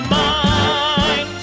mind